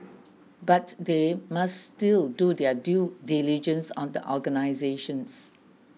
but they must still do their due diligence on the organisations